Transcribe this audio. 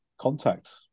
contact